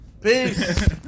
Peace